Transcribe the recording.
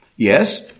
Yes